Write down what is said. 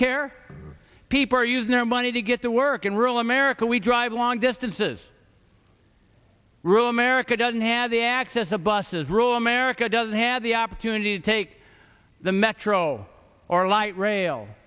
care people are using their money to get to work in rural america we drive long distances room america doesn't have the access the buses rule america doesn't have the opportunity to take the metro or light rail